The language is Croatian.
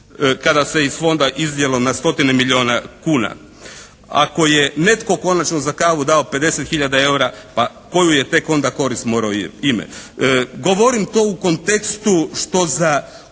Kada se iz Fonda iznijelo na stotine milijuna kuna. Ako je netko konačno za kavu dao 50 hiljada EUR-a pa koju je tek onda korist imati? Govorim to u kontekstu što za